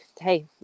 hey